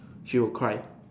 she will cry